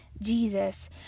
Jesus